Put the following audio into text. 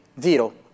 zero